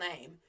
name